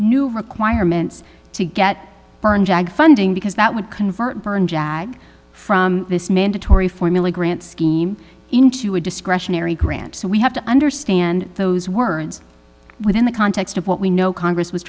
new requirements to get burn jag funding because that would convert burn jag from this mandatory formula grant scheme into a discretionary grant so we have to understand those words within the context of what we know congress was